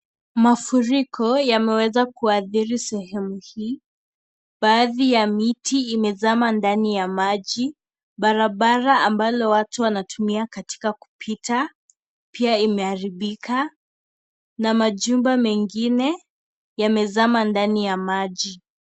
Mafuriko yameweza kuadhiri sehemu hii, baadhi ya miti imezama ndani ya maji, barabara ambalo watu wanatumia katika kupita pia imeharibika na mchumba mengine yamezama ndani ya maji.